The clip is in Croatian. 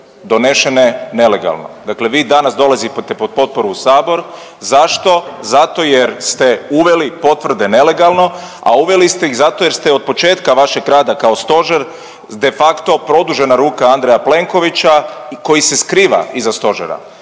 donešene nelegalno. Dakle, vi danas dolazite po potporu u Sabor. Zašto? Zato jer ste uveli potvrde nelegalno, a uveli ste ih zato jer ste od početka vašeg rada kao stožer de facto produžena ruka Andreja Plenkovića koji se skriva iza stožera.